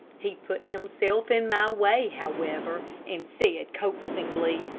he put himself in my way, however, and said, coaxingly,